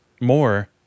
more